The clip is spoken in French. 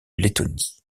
lettonie